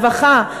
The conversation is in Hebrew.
לרווחה,